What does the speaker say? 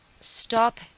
stop